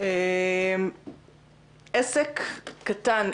עסק קטן,